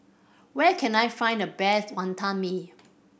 where can I find the best Wantan Mee